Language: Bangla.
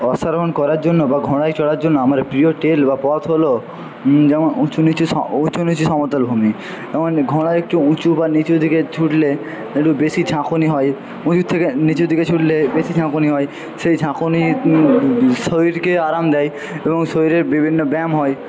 অশ্বারোহণ করার জন্য বা ঘোড়ায় চড়ার জন্য আমার প্রিয় ট্রেল বা পথ হলো যেমন উঁচু নীচু সম উঁচু নীচু সমতল ভূমি এবং ঘোড়া একটু উঁচু বা নীচু দিকে ছুটলে একটু বেশী ঝাঁকুনি হয় উঁচুর থেকে নীচুর দিকে ছুটলে বেশী ঝাঁকুনি হয় সেই ঝাঁকুনি শরীরকে আরাম দেয় এবং শরীরের বিভিন্ন ব্যায়াম হয়